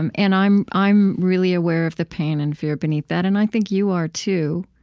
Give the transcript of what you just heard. and and i'm i'm really aware of the pain and fear beneath that, and i think you are too.